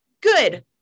good